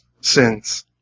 sins